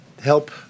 help